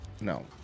No